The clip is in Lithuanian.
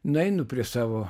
nueinu prie savo